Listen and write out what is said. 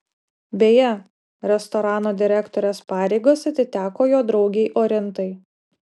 beje restorano direktorės pareigos atiteko jo draugei orintai